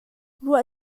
ruah